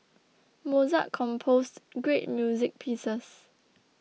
Mozart composed great music pieces